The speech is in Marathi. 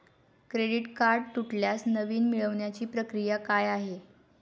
क्रेडिट कार्ड तुटल्यास नवीन मिळवण्याची प्रक्रिया काय आहे?